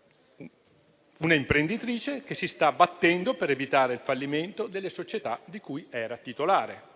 può capitare), che si sta battendo per evitare il fallimento delle società di cui era titolare.